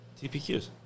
TPQs